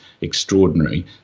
extraordinary